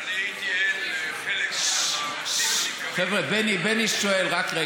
בני שואל.